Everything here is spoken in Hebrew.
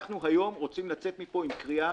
אנחנו היום רוצים לצאת מפה עם קריאה